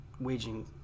waging